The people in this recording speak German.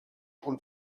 und